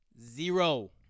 Zero